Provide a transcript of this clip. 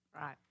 Right